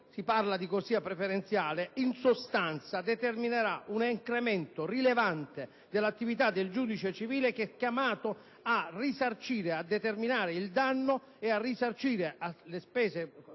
(si parla di corsia preferenziale) in sostanza determinerà un incremento rilevante dell'attività del giudice civile, che è chiamato a determinare il danno e a risarcire delle spese